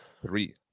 Three